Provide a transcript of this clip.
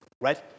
Right